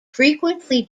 frequently